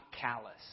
callous